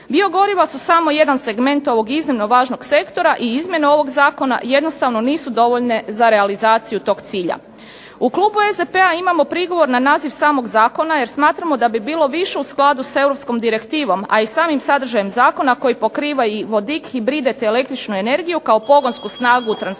Biogoriva su samo jedan segment ovog iznimno važnog sektora i izmjene ovog zakona jednostavno nisu dovoljne za realizaciju toga cilja. U klubu SDP-a imamo prigovor na naziv samog zakona jer smatramo da bi bilo više u skladu sa europskom direktivom a i samim sadržajem zakona koji pokriva i vodik i hibride te električnu energiju kao pogonsku snagu u transportu